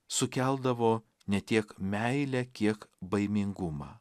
sukeldavo ne tiek meilę kiek baimingumą